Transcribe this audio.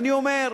ואני אומר,